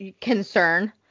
concern